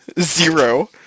zero